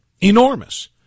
enormous